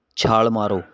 ਛਾਲ ਮਾਰੋ